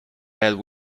bed